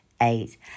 eight